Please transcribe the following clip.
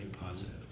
positive